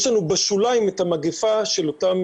יש לנו בשוליים את המגפה של אותם,